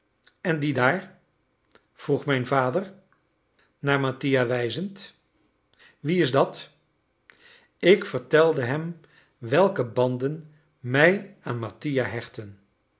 en die daar vroeg mijn vader naar mattia wijzend wie is dat ik vertelde hem welke banden mij aan mattia hechtten